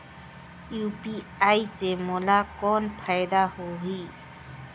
UPI से मोला कौन फायदा होही?